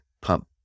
pump